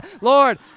Lord